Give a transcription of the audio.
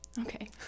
Okay